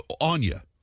Anya